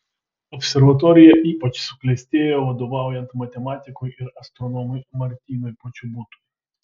observatorija ypač suklestėjo vadovaujant matematikui ir astronomui martynui počobutui